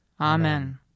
Amen